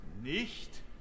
Nicht